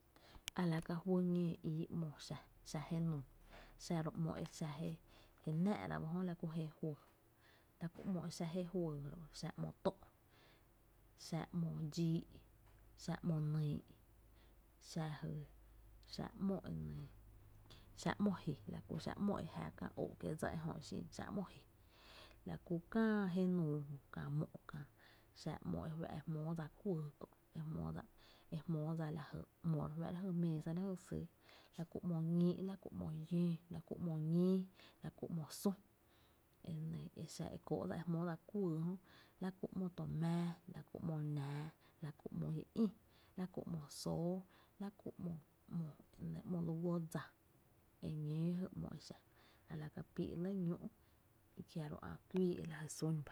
A la ja juý ñóo ii ‘mo xa, xa je nuu, xa ro’ ‘mo e xa je náá’ra ujö la ku jéé juyy, la ku ‘mo e xa je juyy ró’, xa ‘mo tó’, xa ‘mo dxíi’, xa ‘mo nÿÿ’ xa ji xáá’ ‘mo e nɇɇ, xáá’ ‘mo ji, la ku xáá’ ‘mo e jä kä óó’ kiéé’ dsa ejö xin xáá’ ‘mo ji, la ku kää jenuu jö kä mó’ kää. xa ‘mo e fá’ e jmóo dsa kuÿy kö’ e jmóo dsa, ejmóodsa la jy ‘mo re fáá’ra, la jy meesa, sýy, la ku ‘mo ñíi’, la kú ‘mo llöö, la kú ‘mo sü, enɇɇ e xa e kóó’ dsa kuÿy jö, la ku ‘mo to mⱥⱥ, la ku ‘mo ‘nⱥⱥ, la ku ‘mo ñi Ï, la kú ‘mo sóoó la ku ´mo lu guó dsa, eñóo jy ‘mo e xa, a la kapíi’ lɇ ñüü’, a jiaro’ kuíi e la jy sún ba.